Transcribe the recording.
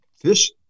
fish